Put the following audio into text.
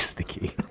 the key.